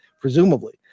presumably